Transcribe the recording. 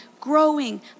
growing